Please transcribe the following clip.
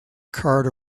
cart